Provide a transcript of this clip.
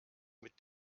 mit